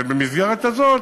ובמסגרת הזאת,